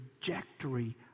trajectory